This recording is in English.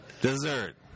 dessert